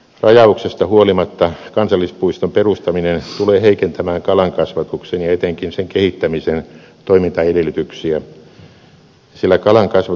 rajauksesta huolimatta kansallispuiston perustaminen tulee heikentämään kalankasvatuksen ja etenkin sen kehittämisen toimintaedellytyksiä sillä kalankasvatus on kansallispuistossa kiellettyä